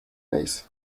rays